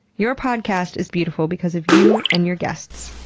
your podcast is beautiful because of you and your guests.